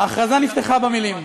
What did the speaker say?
ההכרזה נפתחה במילים: